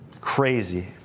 Crazy